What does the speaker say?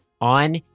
on